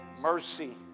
mercy